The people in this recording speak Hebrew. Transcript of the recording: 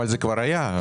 אבל זה כבר היה.